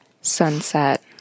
Sunset